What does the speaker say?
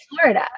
Florida